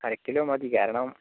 അര കിലോ മതി കാരണം